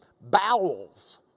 bowels